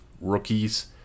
rookies